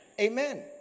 Amen